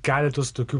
keletos tokių